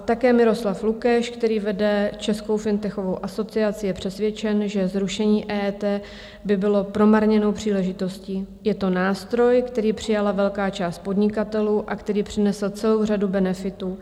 Také Miroslav Lukeš, který vede Českou fintechovou asociaci, je přesvědčen, že zrušení EET by bylo promarněnou příležitostí: Je to nástroj, který přijala velká část podnikatelů a který přinesl celou řadu benefitů.